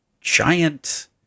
giant